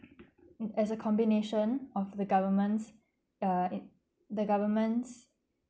as a combination of the government uh it the governments